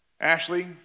Ashley